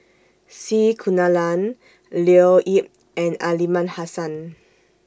C Kunalan Leo Yip and Aliman Hassan